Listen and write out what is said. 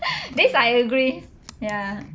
this I agree ya